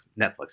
Netflix